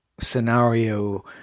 scenario